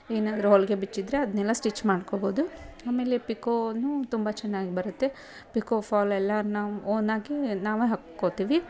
ಏನಾದ್ರೂ ಹೊಲಿಗೆ ಬಿಚ್ಚಿದರೆ ಅದನ್ನೆಲ್ಲ ಸ್ಟಿಚ್ ಮಾಡ್ಕೋಬೋದು ಆಮೇಲೆ ಪಿಕೋನು ತುಂಬ ಚೆನ್ನಾಗಿ ಬರುತ್ತೆ ಪಿಕೋ ಫಾಲ್ ಎಲ್ಲ ನಾವು ಓನಾಗಿ ನಾವೇ ಹಾಕ್ಕೋತೀವಿ